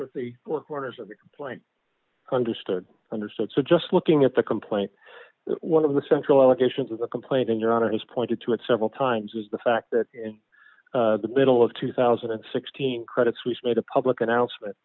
with the work orders of a plant understood understood so just looking at the complaint one of the central allegations of the complaint in your honor has pointed to it several times was the fact that in the middle of two thousand and sixteen credit suisse made a public announcement